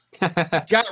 got